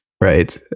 right